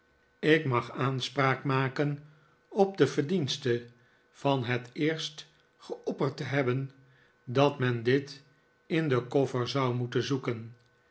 ik mag aanspraak maken op de verdienste van het eerst geopperd te hebben dat men dit in den koffer zou moeten zoeken